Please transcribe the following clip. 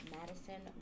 Madison